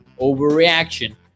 Overreaction